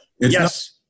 Yes